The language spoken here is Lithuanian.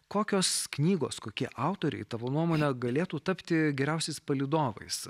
kokios knygos kokie autoriai tavo nuomone galėtų tapti geriausiais palydovais